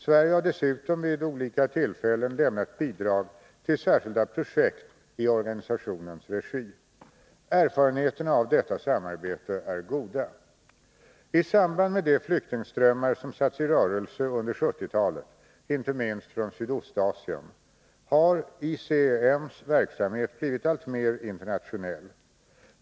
Sverige har dessutom vid olika tillfällen lämnat bidrag till särskilda projekt i organisationens regi. Erfarenheterna av detta samarbete är goda. I samband med de flyktingströmmar som satts i rörelse under 1970-talet, inte minst från Sydostasien, har ICEM:s verksamhet blivit alltmer internationell.